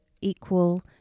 equal